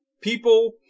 people